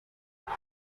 coup